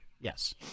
Yes